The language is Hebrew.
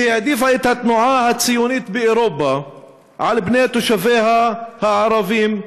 והעדיפה את התנועה הציונית באירופה על תושביה הערבים,